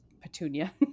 Petunia